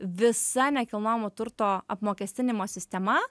visa nekilnojamo turto apmokestinimo sistema